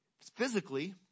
physically